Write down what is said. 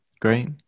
Great